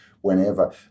whenever